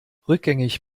rückgängig